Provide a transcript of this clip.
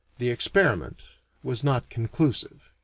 the experiment was not conclusive.